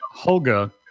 Holga